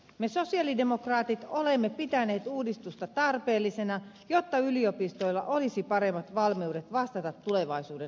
me sosialidemokraatit olemme pitäneet uudistusta tarpeellisena jotta yliopistoilla olisi paremmat valmiudet vastata tulevaisuuden haasteisiin